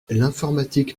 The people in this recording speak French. l’informatique